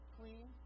clean